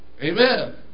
Amen